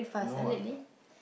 no